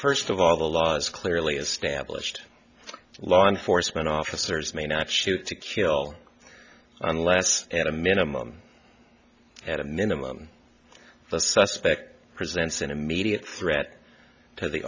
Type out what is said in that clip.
first of all the laws clearly established law enforcement officers may not shoot to kill unless and a minimum at a minimum the suspect presents an immediate threat to the